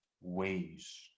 ways